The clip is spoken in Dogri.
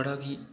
बड़ा गी